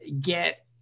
get